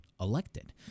elected